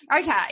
Okay